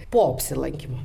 po apsilankymo